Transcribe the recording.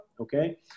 Okay